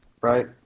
Right